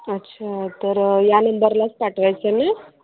अच्छा तर या नंबरलाच पाठवायचं ना